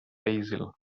basil